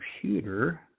computer –